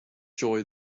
joy